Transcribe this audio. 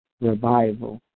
Revival